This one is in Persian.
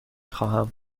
خواهم